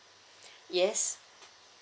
yes